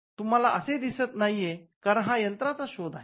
या उदाहरणात तुम्हाला ते दिसत नाहीये कारण हा यंत्राचा शोध आहे